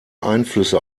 einflüsse